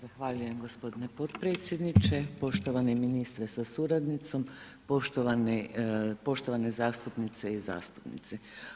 Zahvaljujem gospodine podpredsjedniče, poštovani ministre sa suradnicom, poštovane zastupnice i zastupnici.